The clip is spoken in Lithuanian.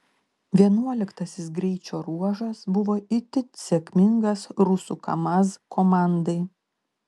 vienuoliktasis greičio ruožas buvo itin sėkmingas rusų kamaz komandai